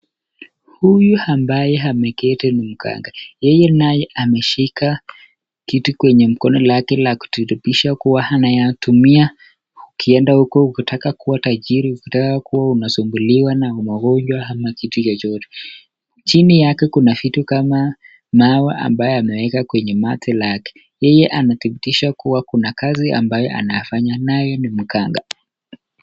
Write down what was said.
Huyu ambaye ameketi ni mganga. Yeye ambaye ameshika kitu kwenye mkono lake na kudhibitisha kua anayatumia ukienda huko ukitaka kua tajiri, ukitaka kua unasumbuliwa na magonjwa ama kitu yeyote. Chini yake kuna vitu kama mawe ambaye ameweka kwenye bati lake. Yeye anadhibitisha kua kuna kazi ambayo anafanya naye ni mganga.